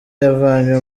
yavanywe